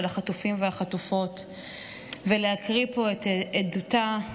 החטופים והחטופות ולהקריא פה את עדותה,